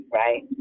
right